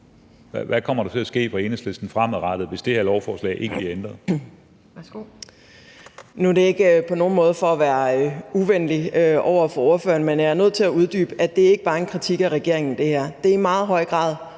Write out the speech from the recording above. Hvad kommer der til at ske fra Enhedslistens side fremadrettet, hvis det her lovforslag ikke bliver ændret?